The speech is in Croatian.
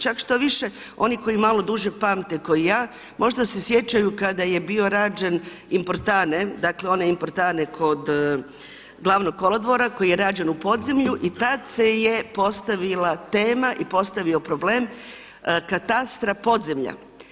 Čak štoviše oni koji malo duže pamte kao ja, možda se sjećaju kada je bio rađen Inportanne, dakle onaj Inportanne kod Glavnog kolodvora koji je rađen u podzemlju i tad se je postavila tema i postavio problem katastra podzemlja.